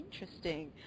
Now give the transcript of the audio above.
Interesting